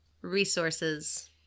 resources